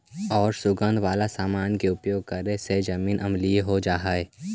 आउ सुगंध वाला समान के प्रयोग करे से जमीन अम्लीय हो जा हई